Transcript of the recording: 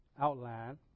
outline